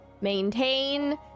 maintain